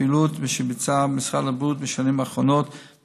הפעילות שביצע משרד הבריאות בשנים האחרונות,